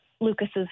Lucas's